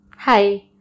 Hi